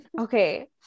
Okay